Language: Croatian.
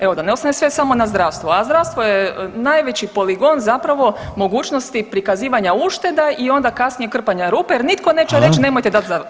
Evo da ne ostane sve samo na zdravstvu, a zdravstvo je najveći poligon zapravo mogućnosti prikazivanja ušteda i onda kasnije krpanja rupe jer nitko neće reći [[Upadica Reiner: Hvala.]] nemojte dat zdravstvu.